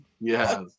Yes